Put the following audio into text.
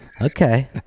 Okay